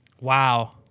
Wow